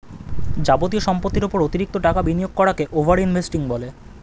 যাবতীয় সম্পত্তির উপর অতিরিক্ত টাকা বিনিয়োগ করাকে ওভার ইনভেস্টিং বলে